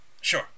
Sure